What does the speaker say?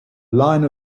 line